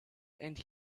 and